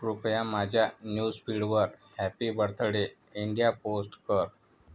कृपया माझ्या न्यूजफीडवर हॅपी बर्थडे इंडिया पोस्ट कर